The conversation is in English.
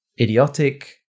idiotic